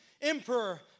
emperor